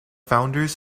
founders